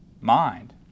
mind